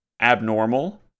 abnormal